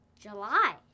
July